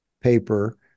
paper